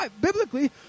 biblically